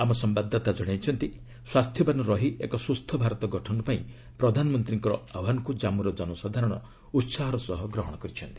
ଆମ ସମ୍ଭାଦଦାତା ଜଣାଇଛନ୍ତି ସ୍ୱାସ୍ଥ୍ୟବାନ ରହି ଏକ ସୁସ୍ଥ ଭାରତ ଗଠନ ପାଇଁ ପ୍ରଧାନମନ୍ତ୍ରୀଙ୍କ ଆହ୍ୱାନକୁ ଜମ୍ମୁର ଜନସାଧାରଣ ଉସାହର ସହ ଗ୍ରହଣ କରିଚ୍ଛନ୍ତି